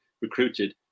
recruited